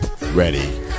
ready